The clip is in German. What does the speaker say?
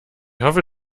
hoffe